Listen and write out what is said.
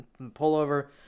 pullover